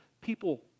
people